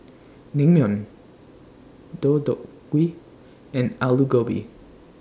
Naengmyeon Deodeok Gui and Alu Gobi